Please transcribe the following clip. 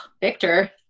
victor